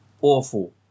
awful